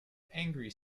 angry